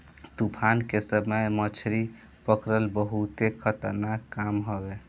तूफान के समय मछरी पकड़ल बहुते खतरनाक काम हवे